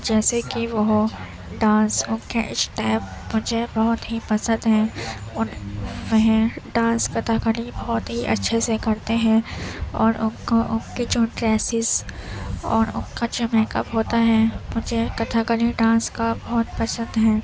جیسے کہ وہ ڈانسوں کے اسٹیپ مجھے بہت ہی پسند ہیں ان وہ ڈانس کتھاکلی بہت ہی اچھے سے کرتے ہیں اور ان کو ان کے جو ڈریسز اور ان کا جو میک اپ ہوتا ہے مجھے کتھک کلی ڈانس کا بہت پسند ہے